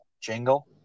jingle